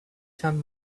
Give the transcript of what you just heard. turn